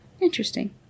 Interesting